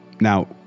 Now